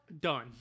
Done